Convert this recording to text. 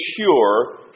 sure